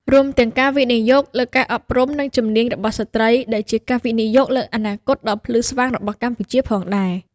រួមទាំង ការវិនិយោគលើការអប់រំ និងជំនាញសម្រាប់ស្ត្រី ដែលជាការវិនិយោគលើអនាគតដ៏ភ្លឺស្វាងរបស់កម្ពុជាផងដែរ។